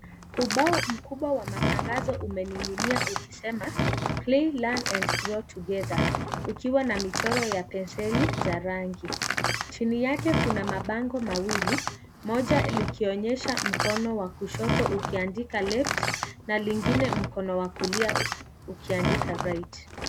Ubao mkubwa wa matangazo umeninginia ukisema play learn and grow together. Ukiwa na michoro ya penseli za rangi. Chini yake kuna mabango mawili, moja likionyesha mkono wa kushoto ukiandika left na lingine mkono wa kulia ukiandika right .